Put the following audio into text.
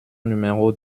numéro